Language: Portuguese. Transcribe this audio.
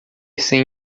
sem